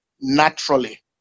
naturally